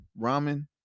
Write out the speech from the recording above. ramen